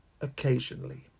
occasionally